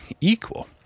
equal